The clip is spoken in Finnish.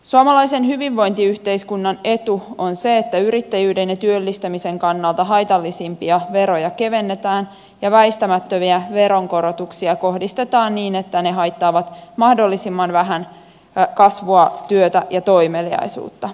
suomalaisen hyvinvointiyhteiskunnan etu on se että yrittäjyyden ja työllistämisen kannalta haitallisimpia veroja kevennetään ja väistämättömiä veronkorotuksia kohdistetaan niin että ne haittaavat mahdollisimman vähän kasvua työtä ja toimeliaisuutta